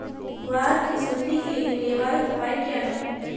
ग्वार की सुंडी के लिए निवारक उपाय क्या है?